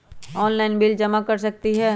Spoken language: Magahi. ऑनलाइन बिल जमा कर सकती ह?